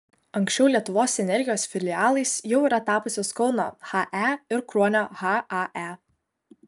anksčiau lietuvos energijos filialais jau yra tapusios kauno he ir kruonio hae